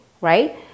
right